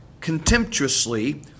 contemptuously